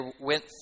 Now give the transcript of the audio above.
went